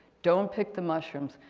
don't pick the mushrooms.